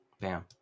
Bam